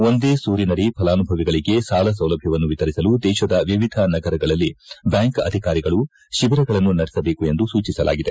ಒಂದೇ ಸೂರಿನಡಿ ಫಲಾನುಭವಿಗಳಿಗೆ ಸಾಲಸೌಲಭ್ಯವನ್ನು ವಿತರಿಸಲು ದೇಶದ ಎವಿಧ ನಗರಗಳಲ್ಲಿ ಬ್ಲಾಂಕ್ ಅಧಿಕಾರಿಗಳು ಶಿಬಿರಗಳನ್ನು ನಡೆಸಬೇಕೆಂದು ಸೂಚಿಸಲಾಗಿದೆ